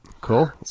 Cool